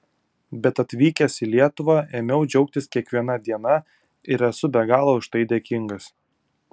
bet atvykęs į lietuvą ėmiau džiaugtis kiekviena diena ir esu be galo už tai dėkingas